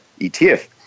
ETF